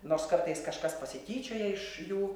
nors kartais kažkas pasityčioja iš jų